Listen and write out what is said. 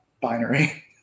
binary